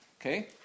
Okay